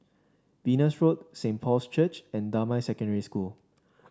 Venus Road Saint Paul's Church and Damai Secondary School